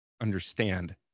understand